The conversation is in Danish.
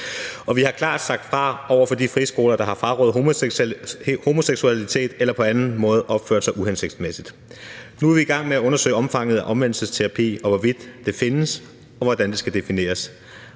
Og vi har klart sagt fra over for de friskoler, der har frarådet homoseksualitet eller på anden måde opført sig uhensigtsmæssigt. Nu er vi i gang med at undersøge omfanget af omvendelsesterapi, og hvorvidt det findes, og hvordan det skal defineres.